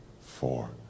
four